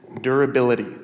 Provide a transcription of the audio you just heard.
durability